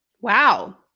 Wow